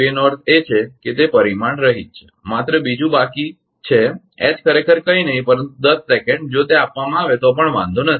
એ નો અર્થ છે કે તે એક પરિમાણરહીત જથ્થો છે માત્ર બીજું બાકી છે એચ ખરેખર કંઈ નહીં પરંતુ 10 સેકન્ડ જો તે આપવામાં આવે તો પણ વાંધો નથી